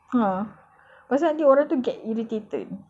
ah lepas tu nanti orang tu get irritated